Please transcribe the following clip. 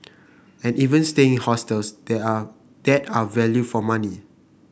and even staying in hostels they are that are value for money